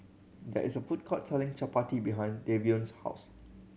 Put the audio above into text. there is a food court selling Chapati behind Davion's house